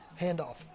handoff